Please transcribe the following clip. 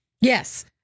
Yes